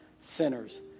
sinners